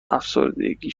افسردگی